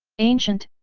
ancient,